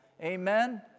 Amen